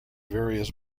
various